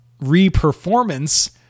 re-performance